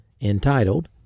entitled